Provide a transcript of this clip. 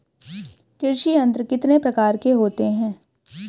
कृषि यंत्र कितने प्रकार के होते हैं?